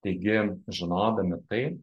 taigi žinodami tai